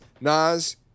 Nas